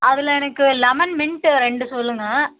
அதில் எனக்கு lemon mint ரெண்டு சொல்லுங்கள்